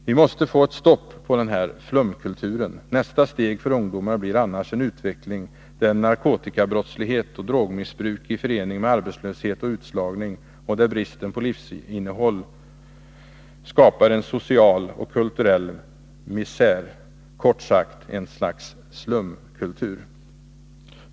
Vi måste få ett stopp på ”flumkulturen” — nästa steg för ungdomar blir annars en utveckling där narkotikabrottslighet och drogmissbruk i förening med arbetslöshet och utslagning och bristen på livsinnehåll skapar en social och kulturell misär, kort sagt: ett slags ”slumkultur”.